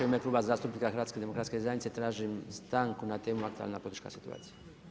U ime Kluba zastupnika HDZ-a tražim stanku na temu aktualna politička situacija.